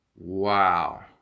Wow